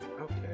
Okay